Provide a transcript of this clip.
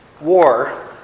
War